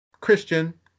Christian